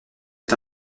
est